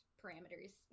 parameters